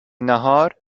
ناهار